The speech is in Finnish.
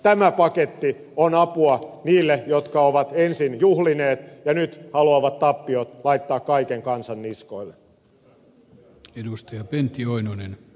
tämä paketti on apua niille jotka ovat ensin juhlineet ja nyt haluavat tappiot laittaa kaiken kansan niskoille